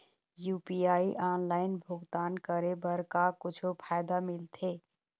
UPI online भुगतान करे बर का कुछू फायदा मिलथे?